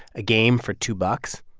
a game for two bucks.